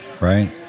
Right